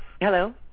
Hello